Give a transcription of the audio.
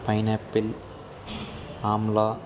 pineapple Amla